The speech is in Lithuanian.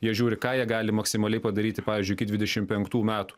jie žiūri ką jie gali maksimaliai padaryti pavyzdžiui iki dvidešim penktų metų